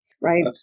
right